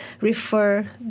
refer